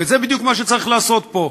וזה בדיוק מה שצריך לעשות פה,